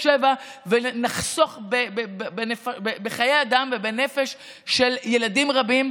שבע ונחסוך בחיי אדם ובנפש של ילדים רבים,